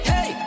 Hey